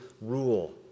rule